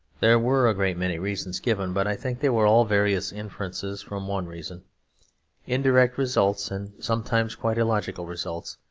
there were a great many reasons given, but i think they were all various inferences from one reason indirect results and sometimes quite illogical results,